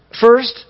first